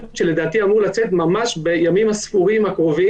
שלדעתי אמור לצאת ממש בימים הקרובים.